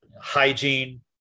hygiene